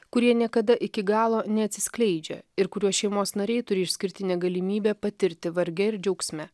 kurie niekada iki galo neatsiskleidžia ir kuriuos šeimos nariai turi išskirtinę galimybę patirti varge ir džiaugsme